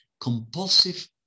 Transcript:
Compulsive